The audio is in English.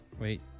Wait